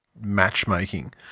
matchmaking